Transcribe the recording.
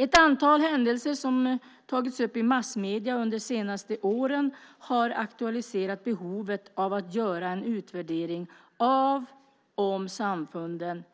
Ett antal händelser som har tagits upp i massmedierna under de senaste åren har aktualiserat behovet av att göra en utvärdering av om samfunden